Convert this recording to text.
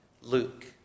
Luke